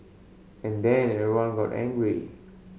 and then everyone got angry